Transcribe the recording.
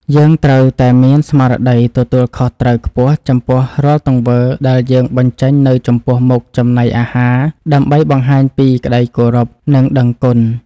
យើងត្រូវតែមានស្មារតីទទួលខុសត្រូវខ្ពស់ចំពោះរាល់ទង្វើដែលយើងបញ្ចេញនៅចំពោះមុខចំណីអាហារដើម្បីបង្ហាញពីក្តីគោរព និង ដឹងគុណ។